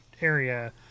area